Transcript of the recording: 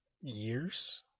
years